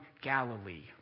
Galilee